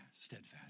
steadfast